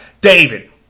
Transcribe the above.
David